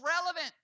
relevant